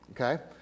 okay